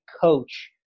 coach